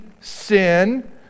sin